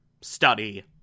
study